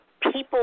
people